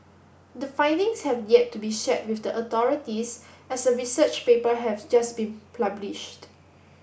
the findings have yet to be shared with the authorities as the research paper has just pulbished